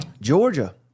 Georgia